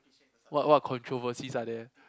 what what controversies are there